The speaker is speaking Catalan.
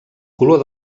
color